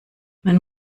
man